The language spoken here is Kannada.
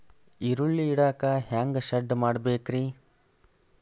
ಈರುಳ್ಳಿ ಇಡಾಕ ಹ್ಯಾಂಗ ಶೆಡ್ ಮಾಡಬೇಕ್ರೇ?